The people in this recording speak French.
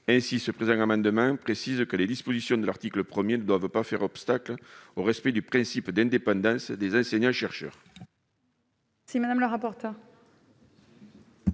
Aussi, nous souhaitons préciser que les dispositions de l'article 1 ne doivent pas faire obstacle au respect du principe d'indépendance des enseignants-chercheurs.